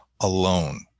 alone